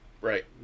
Right